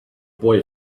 boy